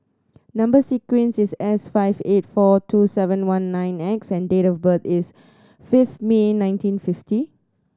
number sequence is S five eight four two seven one nine X and date of birth is fifth May nineteen fifty